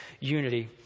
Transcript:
unity